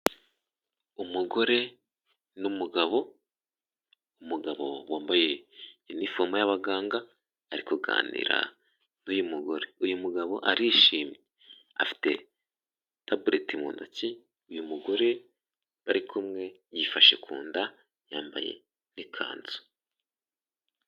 Umugore n'umugabo, umugabo wambaye inifomu y'abaganga ari kuganira n'uyu mugore, uyu mugabo arishimye afite tabuleti mu ntoki, uyu mugore bari kumwe yifashe ku nda yambaye ikanzu.